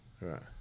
Right